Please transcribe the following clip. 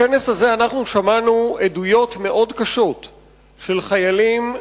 בכנס הזה שמענו עדויות מאוד קשות של חיילים,